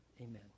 amen